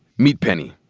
meet penny.